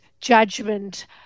judgment